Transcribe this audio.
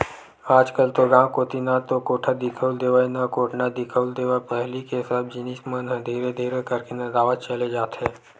आजकल तो गांव कोती ना तो कोठा दिखउल देवय ना कोटना दिखउल देवय पहिली के सब जिनिस मन ह धीरे धीरे करके नंदावत चले जात हे